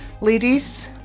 Ladies